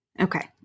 Okay